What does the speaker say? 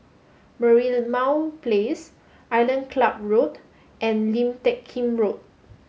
Merlimau Place Island Club Road and Lim Teck Kim Road